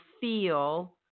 feel